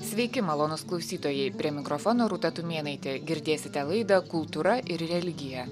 sveiki malonūs klausytojai prie mikrofono rūta tumėnaitė girdėsite laida kultūra ir religija